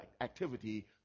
activity